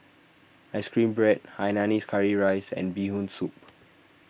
Ice Cream Bread Hainanese Curry Rice and Bee Hoon Soup